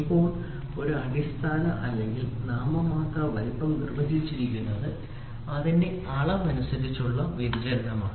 ഇപ്പോൾ ഒരു അടിസ്ഥാന അല്ലെങ്കിൽ നാമമാത്ര വലുപ്പം നിർവചിച്ചിരിക്കുന്നത് അതിന്റെ അളവനുസരിച്ചുള്ള വ്യതിചലനമാണ്